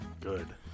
good